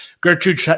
Gertrude